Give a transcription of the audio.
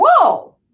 whoa